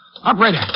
Operator